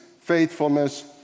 faithfulness